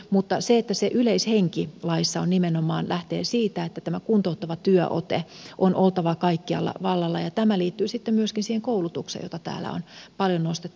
mutta se yleishenki laissa nimenomaan lähtee siitä että tämä kuntouttava työote on oltava kaikkialla vallalla ja tämä liittyy myöskin siihen koulutukseen jota täällä on paljon nostettu esille